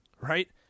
right